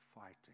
fighting